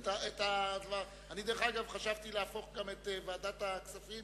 אני, דרך אגב, חשבתי להפוך את ועדת הכספים